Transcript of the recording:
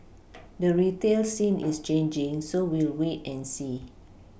the retail scene is changing so we'll wait and see